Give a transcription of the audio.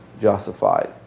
justified